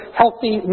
healthy